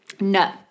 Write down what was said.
No